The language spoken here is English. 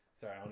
Sorry